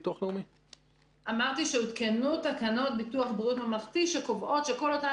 --- אמרתי שהותקנו תקנות בריאות ממלכתי שקובעות שכל אותם